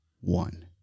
one